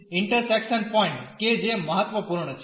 intersection point કે જે મહત્વપૂર્ણ છે